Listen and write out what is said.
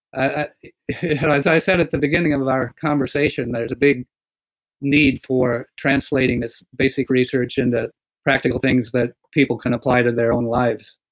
ah as i said at the beginning of of our conversation, there's a big need for translating this basic research and the practical things that people can apply to their own lives